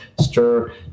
Stir